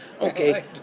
okay